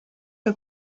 que